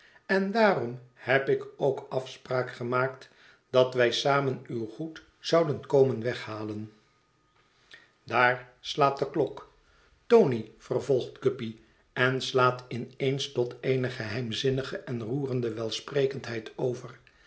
en daarom heb ik ook afspraak gemaakt dat wij samen uw goed zouden komen weghalen daar slaat de klok tony vervolgt guppy en slaat in eens tot eene geheimzinnige en roerende welsprekendheid over